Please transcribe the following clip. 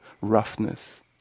roughness